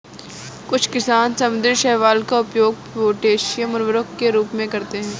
कुछ किसान समुद्री शैवाल का उपयोग पोटेशियम उर्वरकों के रूप में करते हैं